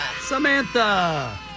Samantha